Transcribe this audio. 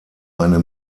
eine